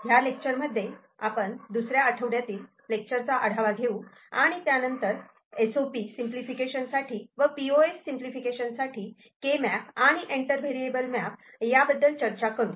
ह्या लेक्चर मध्ये आपण दुसऱ्या आठवड्यातील लेक्चरचा आढावा घेऊ आणि त्यानंतर एस ओ पी सिंपलिफिकेशन साठी व पी ओ एस सिंपलिफिकेशन साठी के मॅप आणि एंटर व्हेरिएबल मॅप बद्दल चर्चा करू